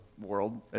world